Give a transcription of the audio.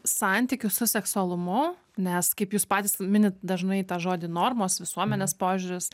santykiu su seksualumu nes kaip jūs patys minit dažnai tą žodį normos visuomenės požiūris